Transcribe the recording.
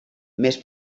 més